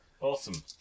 Awesome